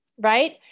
right